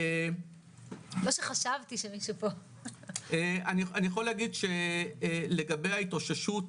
אני יכול להגיד שלגבי ההתאוששות,